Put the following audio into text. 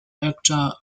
actor